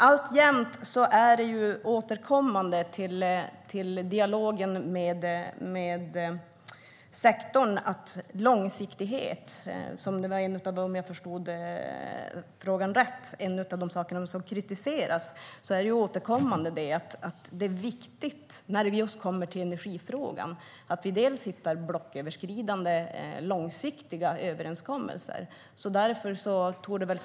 Alltjämt återkommer långsiktighet i dialogen med sektorn. Om jag förstod frågan rätt är det viktigt när det kommer till energifrågan att vi hittar blocköverskridande långsiktiga överenskommelser. Det är ett område där det återkommande framförs kritik.